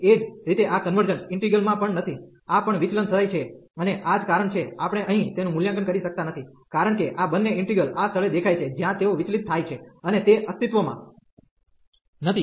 એ જ રીતે આ કન્વર્જન્ટ ઇન્ટિગલ માં પણ નથી આ પણ વિચલન થાય છે અને આ જ કારણ છે આપણે અહીં તેનું મૂલ્યાંકન કરી શકતા નથી કારણ કે આ બંને ઈન્ટિગ્રલ આ સ્થળે દેખાય છે જ્યાં તેઓ વિચલિત થાય છે અને તે અસ્તિત્વમાં નથી